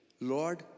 Lord